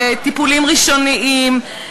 טיפולים ראשוניים,